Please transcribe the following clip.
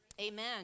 Amen